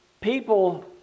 people